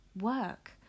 work